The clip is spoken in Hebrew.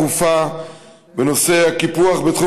הגשתי הצעה דחופה בנושא הקיפוח בתחום